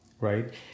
right